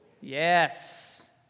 Yes